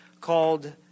called